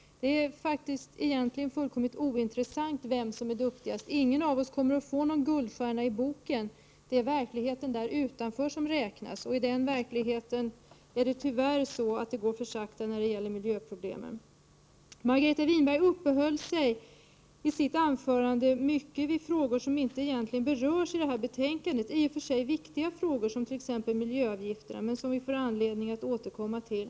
Men egentligen är det fullkomligt ointressant att tala om vem som är bäst. Ingen av oss kommer ändå att få någon guldstjärna. Det är, som sagt, verkligheten utanför som räknas. När det gäller den verkligheten är det tyvärr så, att det går för sakta i fråga om miljöproblemen. Margareta Winberg uppehöll sig i sitt anförande mycket kring frågor som egentligen inte berörs i det aktuella betänkandet. I och för sig är det viktiga frågor, t.ex. olika frågor om miljöavgifter. Men sådana frågor får vi anledning att återkomma till.